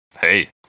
hey